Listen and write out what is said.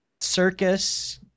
circus